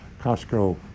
Costco